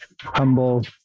humble